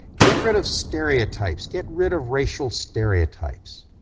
get rid of stereotypes, get rid of racial stereotypes.